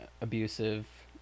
abusive